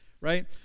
right